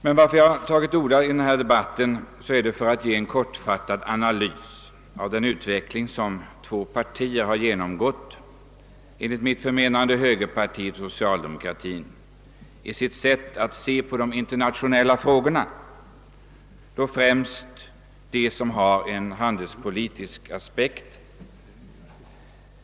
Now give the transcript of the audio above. Jag tar till orda i denna debatt för att ge en kortfattad analys av den utveckling som två partier, nämligen högerpartiet och socialdemokraterna, enligt min mening har genomgått beträffande sitt sätt att se på de internationella frågorna, då främst de handelspolitiska.